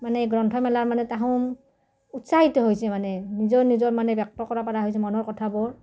মানে এই গ্ৰন্থমেলাৰ মানে তাহোন উৎসাহিত হৈছে মানে নিজৰ নিজৰ মানে ব্যক্ত কৰিব পৰা হৈছে মনৰ কথাবোৰ